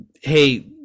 hey